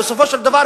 בסופו של דבר,